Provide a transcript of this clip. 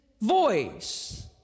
voice